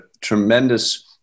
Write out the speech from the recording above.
tremendous